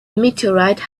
meteorite